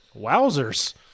Wowzers